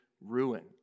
ruin